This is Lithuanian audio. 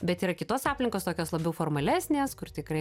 bet yra kitos aplinkos tokios labiau formalesnės kur tikrai